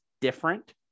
different